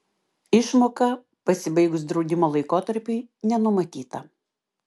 išmoka pasibaigus draudimo laikotarpiui nenumatyta